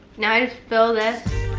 now, i just fill this.